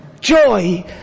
joy